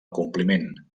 compliment